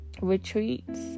retreats